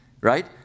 Right